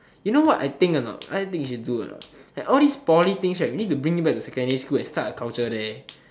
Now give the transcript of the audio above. you know what I think or not what I think we should do all these poly things we should bring it back to the secondary school and start a counter